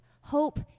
Hope